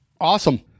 Awesome